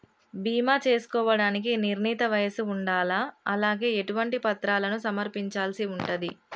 బీమా చేసుకోవడానికి నిర్ణీత వయస్సు ఉండాలా? అలాగే ఎటువంటి పత్రాలను సమర్పించాల్సి ఉంటది?